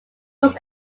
was